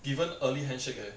given early handshake eh